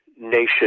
nation